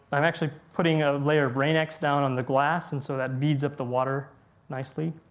i'm actually putting a layer of rain x down on the glass and so that beads up the water nicely.